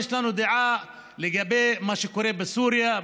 יש לנו דעה לגבי מה שקורה בסוריה,